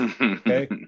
Okay